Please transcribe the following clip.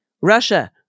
Russia